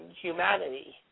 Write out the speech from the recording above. humanity